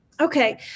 Okay